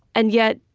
and yet,